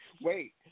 Wait